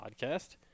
Podcast